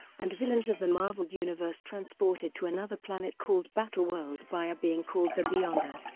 and villains of the marvel universe transported to another planet called battleworld by a being called the beyonder.